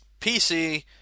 PC